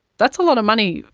that's a lot of money.